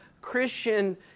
Christian